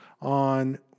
on